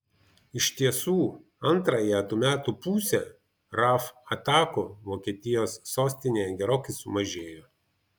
iš tiesų antrąją tų metų pusę raf atakų vokietijos sostinėje gerokai sumažėjo